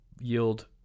yield